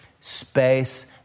space